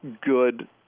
good